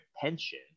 pension